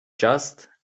just